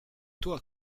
toi